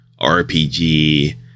RPG